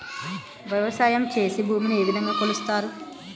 వ్యవసాయం చేసి భూమిని ఏ విధంగా కొలుస్తారు?